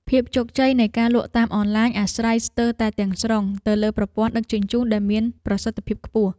ភាពជោគជ័យនៃការលក់តាមអនឡាញអាស្រ័យស្ទើរតែទាំងស្រុងទៅលើប្រព័ន្ធដឹកជញ្ជូនដែលមានប្រសិទ្ធភាពខ្ពស់។